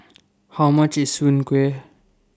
How much IS Soon Kway